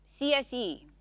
CSE